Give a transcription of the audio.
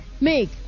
make